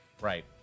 Right